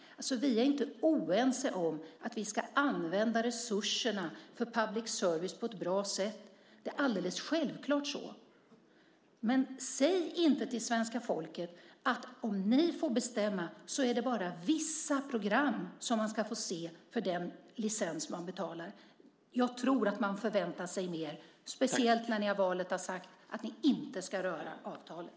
Vi är alltså inte oense om att vi ska använda resurserna för public service på ett bra sätt. Det är alldeles självklart så. Men säg inte till svenska folket att om ni får bestämma så är det bara vissa program som man ska få se för den licens som man betalar. Jag tror att man förväntar sig mer, speciellt när ni i valet har sagt att ni inte ska röra avtalet.